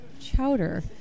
chowder